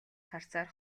харцаар